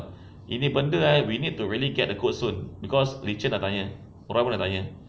ini benda eh we really need to get the quote soon because richard dah tanya orang pun dah tanya